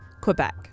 Quebec